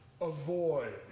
avoid